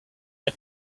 had